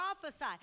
prophesy